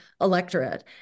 electorate